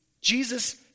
Jesus